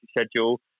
schedule